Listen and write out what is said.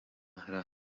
hra